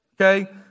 okay